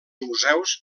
museus